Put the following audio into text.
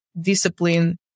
discipline